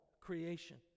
creation